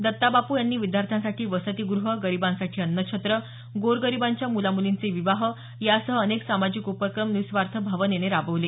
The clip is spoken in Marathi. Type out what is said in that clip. दत्ता बापू यांनी विद्यार्थ्यांसाठी वसंतीगृह गरीबांसाठी अन्नछत्र गोरगरीबांच्या मुलामुलींचे विवाह यासह अनेक सामाजिक उपक्रम निस्वार्थ भावनेनं राबवले